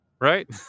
right